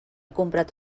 comprat